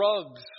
drugs